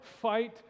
fight